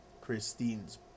Christine's